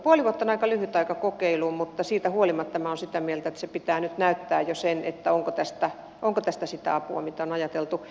puoli vuotta on aika lyhyt aika kokeiluun mutta siitä huolimatta minä olen sitä mieltä että sen pitää nyt jo näyttää onko tästä sitä apua mitä on ajateltu